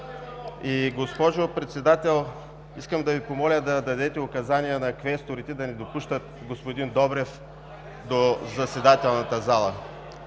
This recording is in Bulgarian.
И, госпожо Председател, искам да Ви помоля да дадете указания на квесторите да не допускат господин Добрев до заседателната зала.